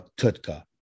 tutka